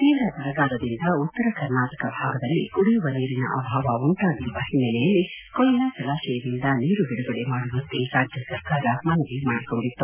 ತೀವ್ರ ಬರಗಾಲದಿಂದ ಉತ್ತರ ಕರ್ನಾಟಕ ಭಾಗದಲ್ಲಿ ಕುಡಿಯುವ ನೀರಿನ ಅಭಾವ ಉಂಟಾಗಿರುವ ಹಿನ್ನೆಲೆಯಲ್ಲಿ ಕೊಯ್ನಾ ಜಲಾಶಯದಿಂದ ನೀರು ಬಿಡುಗಡೆ ಮಾಡುವಂತೆ ರಾಜ್ಯ ಸರ್ಕಾರ ಮನವಿ ಮಾಡಿಕೊಂಡಿತ್ತು